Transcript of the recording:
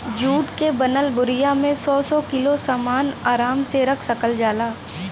जुट क बनल बोरिया में सौ सौ किलो सामन आराम से रख सकल जाला